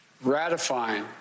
ratifying